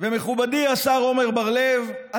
ומכובדי השר עמר בר לב,